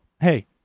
Hey